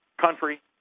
country